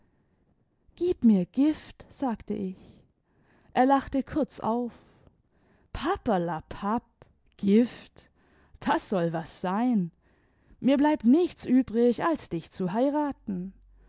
gib mir gift sagte ich er lachte kurz auf papperlapapp gift das soll was sein mir bleibt nichts übrig als dich zu heiraten